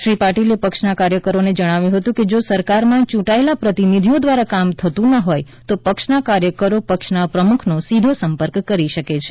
શ્રી પાટિલે પક્ષના કાર્યકરોને જણાવ્યું હતું કે જો સરકારમાં ચૂંટાયેલા પ્રતિનિધિઓ દ્વારા કામ થતું ન હોય તો પક્ષના કાર્યકરો પક્ષ પ્રમુખનો સીધો સંપર્ક કરી શકે છે